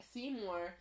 Seymour